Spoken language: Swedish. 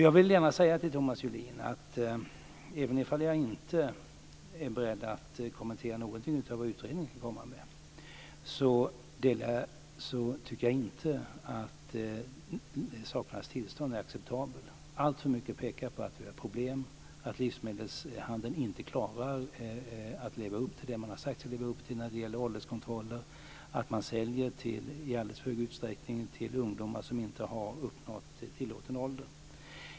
Jag vill gärna säga till Thomas Julin att jag, även om jag inte är beredd att kommentera något av det som utredningen kan komma med, inte tycker att sakernas tillstånd är acceptabelt. Alltför mycket pekar på att vi har problem, att livsmedelshandeln inte klarar att leva upp till det man sagt att man ska klara när det gäller ålderskontroller. I alldeles för stor utsträckning säljer man till ungdomar som inte uppnått tillåten ålder.